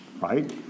right